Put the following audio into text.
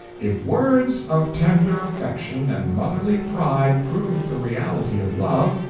if words of tender affection and motherly pride proved the reality of love,